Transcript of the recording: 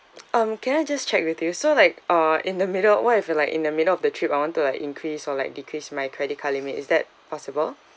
um can I just check with you so like uh in the middle what if like in the middle of the trip I want to like increase or like decrease my credit card limit is that possible